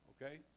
Okay